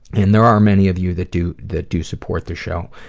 and there are many of you that do that do support the show.